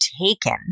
taken